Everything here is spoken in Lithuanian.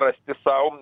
rasti sau